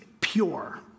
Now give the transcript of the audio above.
pure